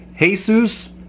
Jesus